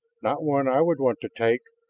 not one i would want to take.